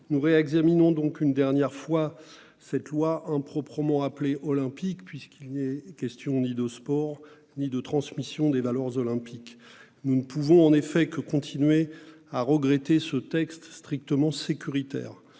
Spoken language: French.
nous examinons une dernière fois cette loi improprement appelée « olympique », puisqu'il n'y est question ni de sport ni de transmission des valeurs olympiques. Nous ne pouvons que continuer de déplorer le caractère strictement sécuritaire